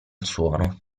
suono